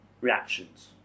reactions